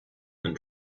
and